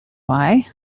why